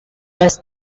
best